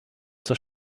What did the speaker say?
zur